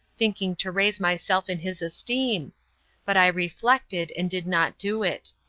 thinking to raise myself in his esteem but i reflected, and did not do it.